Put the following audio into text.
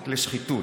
חסינות לשחיתות.